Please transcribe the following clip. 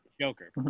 Joker